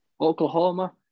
Oklahoma